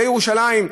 זו ירושלים?